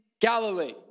Galilee